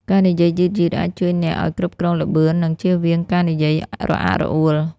ការនិយាយយឺតៗអាចជួយអ្នកឱ្យគ្រប់គ្រងល្បឿន និងជៀសវាងការនិយាយរអាក់រអួល។